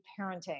parenting